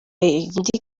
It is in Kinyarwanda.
indi